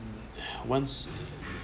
once